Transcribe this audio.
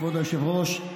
כבוד היושב-ראש,